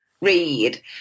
read